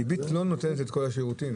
הדביט לא נותנים את כל השירותים.